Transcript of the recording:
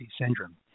syndrome